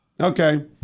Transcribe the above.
Okay